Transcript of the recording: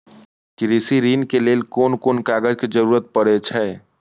कृषि ऋण के लेल कोन कोन कागज के जरुरत परे छै?